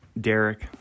Derek